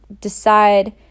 decide